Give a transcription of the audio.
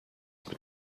mit